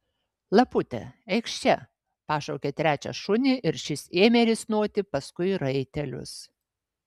lapute eikš čia pašaukė trečią šunį ir šis ėmė risnoti paskui raitelius